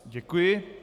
Děkuji.